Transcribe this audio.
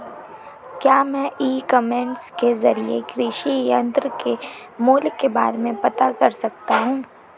क्या मैं e-commerce के ज़रिए कृषि यंत्र के मूल्य के बारे में पता कर सकता हूँ?